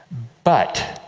but,